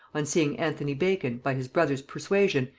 on seeing anthony bacon, by his brother's persuasion,